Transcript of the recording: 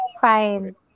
fine